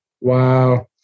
Wow